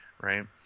right